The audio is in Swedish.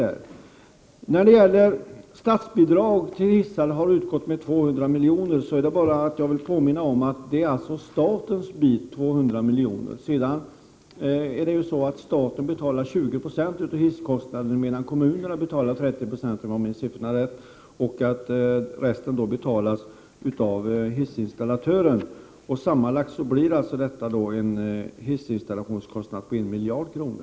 När jag sade att statsbidrag har utgått med 200 milj.kr. för installation av hissar var det bara för att påminna om att det alltså är statens del. Sedan betalar staten 20 96 av hisskostnaderna, medan kommunerna betalar 30 90, om jag minns siffrorna rätt. Resten betalas av hissinstallatören. Sammanlagt blir installationskostnaden för hissar 1 miljard kronor.